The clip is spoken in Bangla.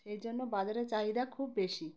সেই জন্য বাজারের চাহিদা খুব বেশি